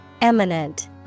Eminent